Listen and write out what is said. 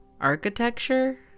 architecture